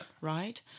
Right